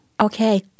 Okay